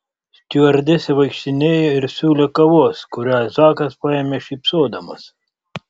stiuardesė vaikštinėjo ir siūlė kavos kurią zakas paėmė šypsodamas